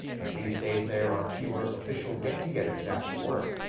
and these days there are fewer official get-togethers after work.